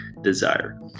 desire